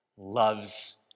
Loves